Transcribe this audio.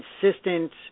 consistent